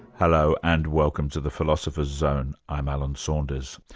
hello, and welcome to the philosopher's zone. i'm alan saunders.